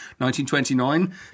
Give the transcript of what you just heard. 1929